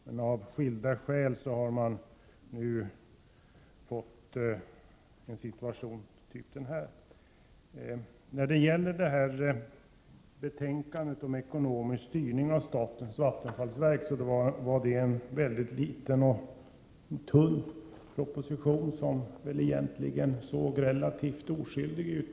Men av skilda skäl har alltså den förevarande situationen uppstått. Det förslag från regeringen om ekonomisk'styrning av statens vattenfallsverk som behandlas i detta betänkande utgörs av en mycket tunn proposition, som egentligen kan te sig relativt oskyldig.